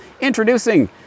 Introducing